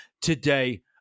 today